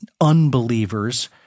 unbelievers